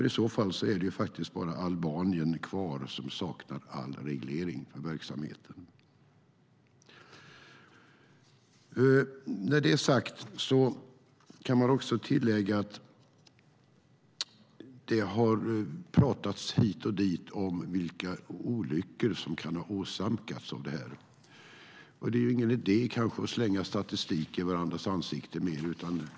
I så fall är det faktiskt bara Albanien kvar som saknar all reglering för verksamheten. När det är sagt kan man tillägga att det har pratats hit och dit om vilka olyckor som kan ha orsakats av detta. Det är kanske ingen idé att slänga statistik i varandras ansikten.